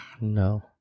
No